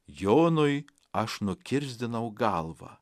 jonui aš nukirsdinau galvą